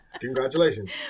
congratulations